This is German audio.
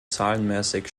zahlenmäßig